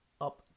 up